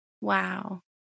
Wow